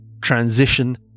transition